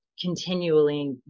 continually